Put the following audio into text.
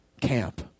camp